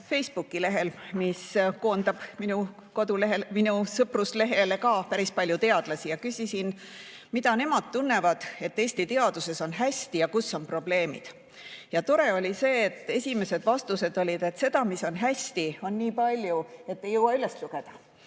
Facebooki lehel, mis koondab minu kodulehel, minu sõpruslehel ka päris palju teadlasi. Küsisin, mida nemad tunnevad, mis Eesti teaduses on hästi ja kus on probleemid. Ja tore oli see, et esimesed vastused olid, et seda, mis on hästi, on nii palju, et ei jõua üles lugeda,